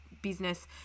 Business